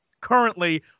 currently